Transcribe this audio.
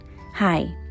Hi